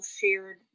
shared